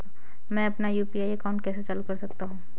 मैं अपना UPI account कैसे चालू कर सकता हूँ?